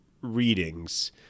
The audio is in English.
readings